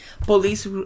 Police